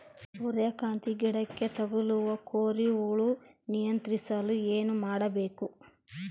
ಸೂರ್ಯಕಾಂತಿ ಗಿಡಕ್ಕೆ ತಗುಲುವ ಕೋರಿ ಹುಳು ನಿಯಂತ್ರಿಸಲು ಏನು ಮಾಡಬೇಕು?